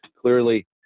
clearly